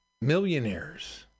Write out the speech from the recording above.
millionaires